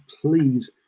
please